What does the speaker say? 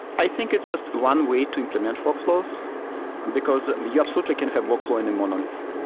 i think it's just one way to implement workflows and because you absolutely can have workflow in a monolith.